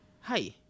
Hi